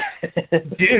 Dude